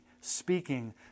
speaking